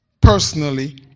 personally